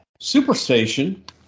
superstation